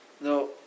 no